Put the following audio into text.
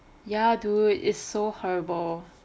ya dude is so horrible